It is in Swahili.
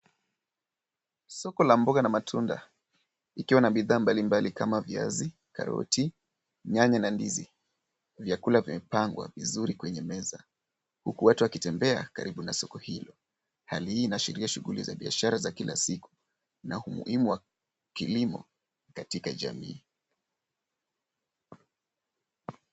Soko la mboga na matunda likiwa na bidhaa mbalimbali kama viazi, karoti, nyanya na ndizi. Vyakula vimepangwa kwenye meza huku watu wakitembea kwenye soko hilo. Hali hiyo inaashiria shughuli za biashara za kila siku na umuhimu wa kilimo katika jamii.